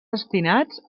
destinats